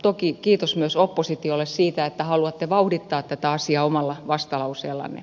toki kiitos myös oppositiolle siitä että haluatte vauhdittaa tätä asiaa omalla vastalauseellanne